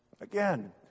Again